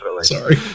Sorry